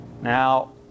now